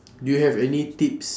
do you have any tips